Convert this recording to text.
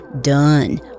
done